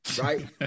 Right